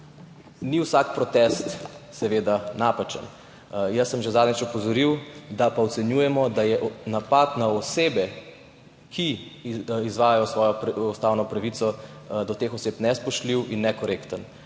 Ni vsak protest napačen, jaz sem že zadnjič opozoril, da pa ocenjujemo, da je napad na osebe, ki izvajajo svojo ustavno pravico, do teh oseb nespoštljiv in nekorekten.